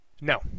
No